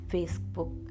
Facebook